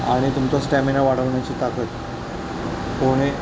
आणि तुमचा स्टॅमिना वाढवण्याची ताकद पोहणे